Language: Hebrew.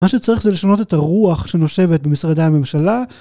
מה שצריך זה לשנות את הרוח שנושבת במשרדי הממשלה.